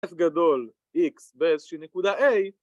‫אס גדול, איקס, באיזושהי נקודה איי.